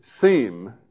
seem